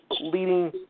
leading